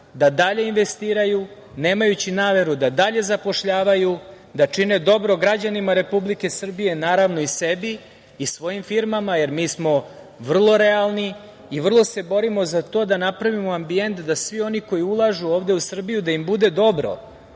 da dalje investiraju, nemajući nameru da dalje zapošljavaju, da čine dobro građanima Republike Srbije, naravno i sebi i svojim firmama. Mi smo vrlo realni i vrlo se borimo za to da napravimo ambijent da oni koji ulažu ovde u Srbiju da im bude dobro,